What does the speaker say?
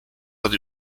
that